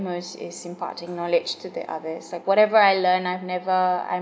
most is imparting knowledge to the others like whatever I learn I've never I’m